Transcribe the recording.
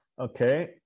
Okay